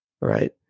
right